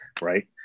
Right